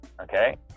Okay